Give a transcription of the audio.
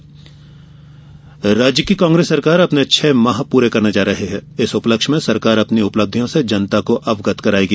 कांग्रेस उपलब्धि राज्य की कांग्रेस सरकार अपने छह माह पूरे करने जा रही है इस उपलक्ष्य में सरकार अपनी उपलब्धियां से जनता को अवगत कराएगी